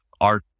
art